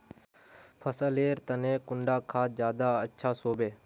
फसल लेर तने कुंडा खाद ज्यादा अच्छा सोबे?